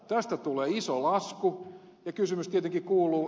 tästä tulee iso lasku ja kysymys tietenkin kuuluu